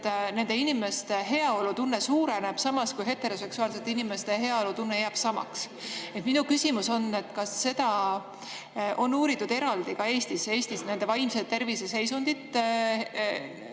et nende inimeste heaolutunne suureneb, samas kui heteroseksuaalsete inimeste heaolutunne jääb samaks. Minu küsimus on: kas seda on uuritud eraldi ka Eestis? Mõtlen vaimse tervise seisundit